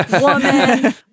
woman